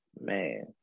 man